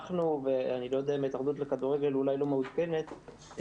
אולי ההתאחדות לכדורגל לא מעודכנת,